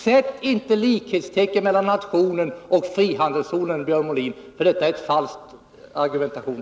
Sätt inte likhetstecken mellan nationen och frihandelszonen, Björn Molin! Det är falsk argumentation.